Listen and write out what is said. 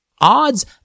Odds